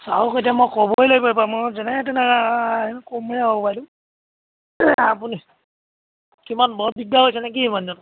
ছাৰক এতিয়া মই ক'বই লাগিব এইবাৰ মই যেনে তেনে কমেই আৰু বাইদেউ আপুনি কিমান বৰ দিগদাৰ হৈছেনে কি মানুহজন